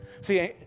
See